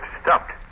stopped